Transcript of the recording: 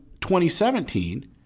2017